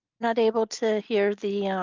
not able to hear the